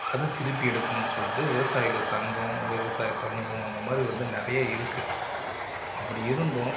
அதை திருப்பி எடுக்கணும் சொல்லிவிட்டு விவசாயிகள் சங்கம் விவசாய சமூகம் அந்த மாதிரி நிறைய இருக்குது அப்படி இருந்தும்